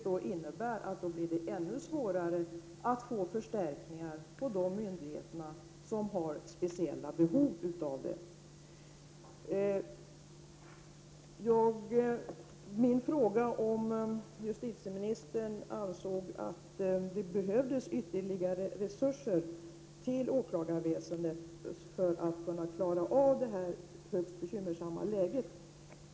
Det innebär att det blir ännu svårare att få förstärkningar till de myndigheter som har speciella behov av det. Jag har inte fått något svar på frågan om justieministern anser att det behövs ytterligare resurser till åklagarväsendet för att kunna klara av det högst bekymmersamma läget.